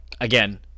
Again